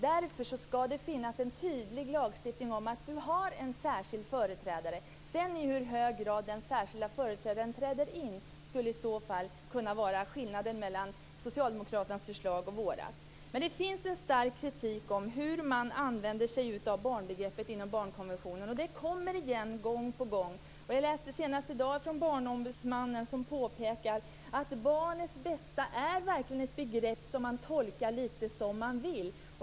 Därför ska det finnas en tydlig lagstiftning om att man har en särskild företrädare. I hur hög grad den särskilda företrädaren träder in skulle i så fall kunna vara skillnaden mellan socialdemokraternas förslag och vårt förslag. Det finns en stark kritik mot hur man använder sig av barnbegreppet inom barnkonventionen. Detta kommer igen gång på gång. Senast i dag läste jag att Barnombudsmannen påpekar att barnets bästa verkligen är ett begrepp som man tolkar lite som man vill.